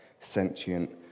sentient